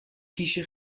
پیش